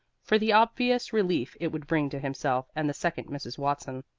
for the obvious relief it would bring to himself and the second mrs. watson.